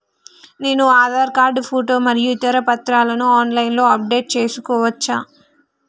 నేను Aadhaar card photo మరియు ఇతర పత్రాలను ఆన్ లైన్ అప్ డెట్ చేసుకోవచ్చా?